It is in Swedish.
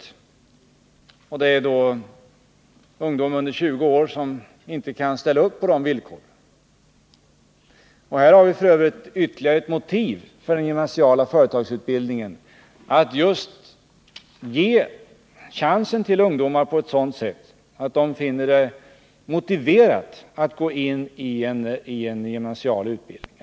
Men här gäller det då ungdom under 20 år som inte kan ställa upp på de villkoren. Här finns det f. ö. ytterligare ett motiv för den gymnasiala företagsutbildningen att ge just ungdomar en chans på ett sådant sätt att de finner det motiverat att gå in i en gymnasial utbildning.